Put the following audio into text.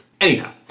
Anyhow